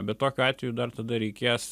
bet tokiu atveju dar tada reikės